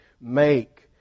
make